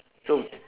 so